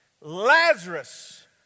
Lazarus